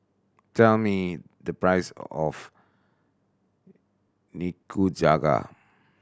tell me the price of Nikujaga